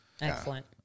Excellent